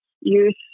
youth